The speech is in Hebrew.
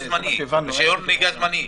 זה בסדר, אוקי.